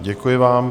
Děkuji vám.